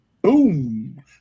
Boom